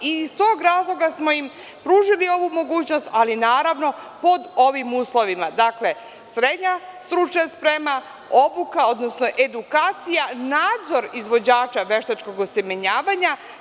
Iz tog razloga smo im pružili ovu mogućnost, ali naravno pod ovim uslovima, dakle, srednja stručna sprema, obuka, odnosno edukacija, nadzor izvođača veštačkog osemenjavanja.